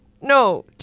No